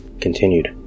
continued